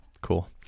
Cool